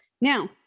Now